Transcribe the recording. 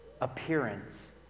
appearance